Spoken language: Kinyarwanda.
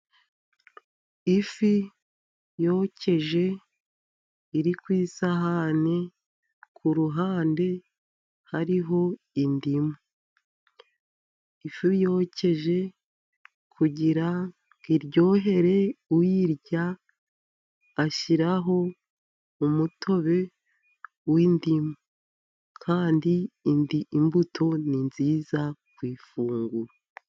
Ifi yokeje iri ku isahani, kuruhande hariho indimu. Ifu yokeje kugira ngo iryohere uyirya ashyiraho umutobe w'indimu, kandi imbuto ni nziza ku ifunguro.